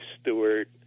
Stewart